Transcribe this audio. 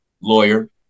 lawyer